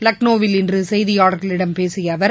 லக்னோவில் இன்று செய்தியாளர்களிடம் பேசிய அவர்